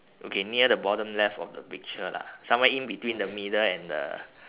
okay near the bottom left of the picture lah somewhere in between the middle and the